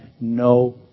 no